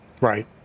right